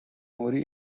mori